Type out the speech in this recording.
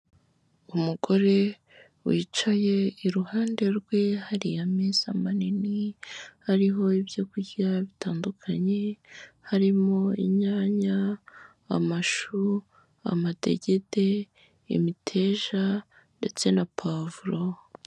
Umugore wicaye, iruhande rwe hariya amezi manini ariho ibyorya bitandukanye, harimo inyanya, amashu, amadegede, imiteja ndetse na pavuro.